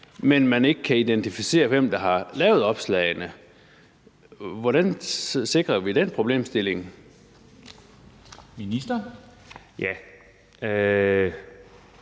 men at man ikke kan identificere, hvem der har foretaget opslagene. Hvordan håndterer vi den problemstilling? Kl.